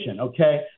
okay